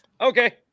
Okay